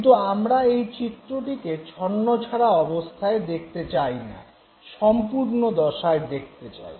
কিন্তু আমরা এই চিত্রটিকে ছন্নছাড়া অবস্থায় দেখতে চাই না সম্পূর্ণ দশায় দেখতে চাই